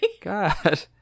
God